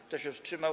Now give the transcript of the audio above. Kto się wstrzymał?